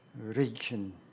region